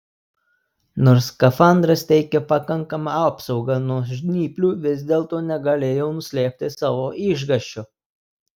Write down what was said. nors skafandras teikė pakankamą apsaugą nuo žnyplių vis dėlto negalėjau nuslėpti savo išgąsčio